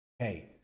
okay